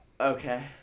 Okay